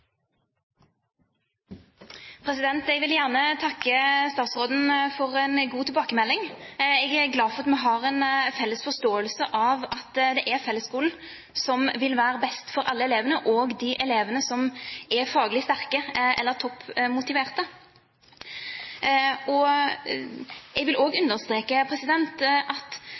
glad for at vi har en felles forståelse av at det er fellesskolen som vil være best for alle elevene, også de elevene som er faglig sterke eller topp motiverte. Jeg vil også understreke at jeg tror at